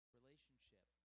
relationship